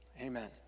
Amen